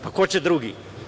Pa ko će drugi?